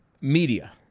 media